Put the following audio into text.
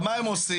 מה הם עושים?